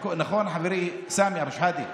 נכון, חברי סמי אבו שחאדה?